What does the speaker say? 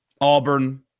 Auburn